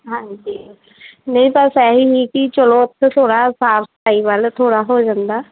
ਹਾਂਜੀ ਨਹੀਂ ਬਸ ਇਹੀ ਸੀ ਕਿ ਚਲੋ ਥੋੜ੍ਹਾ ਸਾਫ ਸਫਾਈ ਵੱਲ ਥੋੜ੍ਹਾ ਹੋ ਜਾਂਦਾ